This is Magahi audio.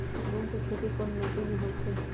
मूँग के खेती कौन मीटी मे होईछ?